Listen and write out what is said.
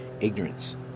ignorance